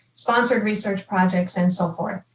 sponsored research projects and so forth.